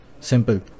simple